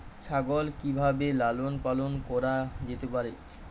ছাগল কি ভাবে লালন পালন করা যেতে পারে?